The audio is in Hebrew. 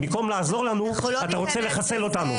במקום לעזור לנו אתה רוצה לחסל אותנו.